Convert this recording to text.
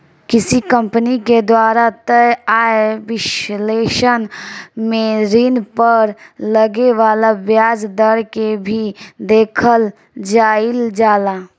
किसी कंपनी के द्वारा तय आय विश्लेषण में ऋण पर लगे वाला ब्याज दर के भी देखल जाइल जाला